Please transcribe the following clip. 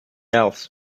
else